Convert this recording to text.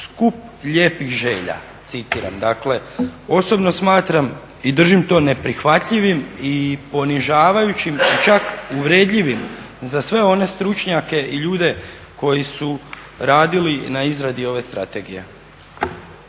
skup lijepih želja, citiram. Dakle, osobno smatram i držim to neprihvatljivim i ponižavajućim i čak uvredljivim za sve one stručnjake i ljude koji su radili na izradi ove strategije.